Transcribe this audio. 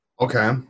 Okay